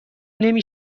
نمی